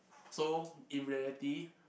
so in reality